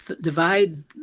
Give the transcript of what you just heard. divide